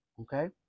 okay